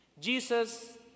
Jesus